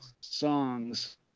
songs